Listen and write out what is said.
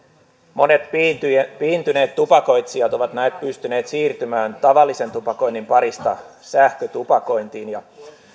monet piintyneet piintyneet tupakoitsijat ovat näet pystyneet siirtymään tavallisen tupakoinnin parista sähkötupakointiin ja